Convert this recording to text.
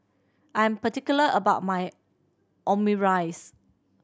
I'm particular about my Omurice